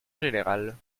générale